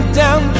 down